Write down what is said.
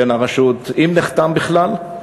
אם נחתם בכלל.